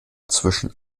zwischen